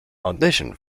auditioned